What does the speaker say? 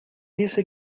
dice